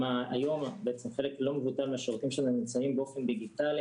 גם היום בעצם חלק לא מבוטל מהשירותים נמצאים באופן דיגיטלי,